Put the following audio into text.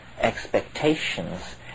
expectations